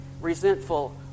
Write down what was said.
resentful